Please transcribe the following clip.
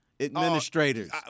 Administrators